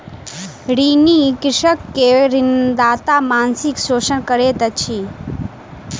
ऋणी कृषक के ऋणदाता मानसिक शोषण करैत अछि